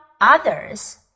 others